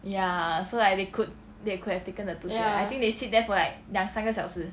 ya